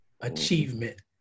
achievement